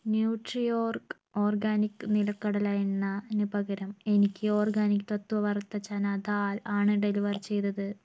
Nutriorg organic നിലക്കടല എണ്ണന് പകരം എനിക്ക് ഓർഗാനിക് തത്വ വറുത്ത ചന ദാൽ ആണ് ഡെലിവർ ചെയ്തത്